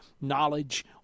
knowledge